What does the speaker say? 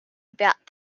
about